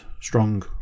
strong